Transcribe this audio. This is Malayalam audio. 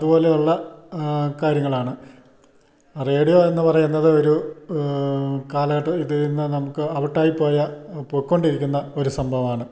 അതുപോലെയുള്ള കാര്യങ്ങളാണ് റേഡിയോ എന്നു പറയുന്നത് ഒരു കാലഘട്ടം ഇത് ഇന്ന് നമുക്ക് ഔട്ടായി പോയ പോയിക്കൊണ്ടിരിക്കുന്ന ഒരു സംഭവമാണ്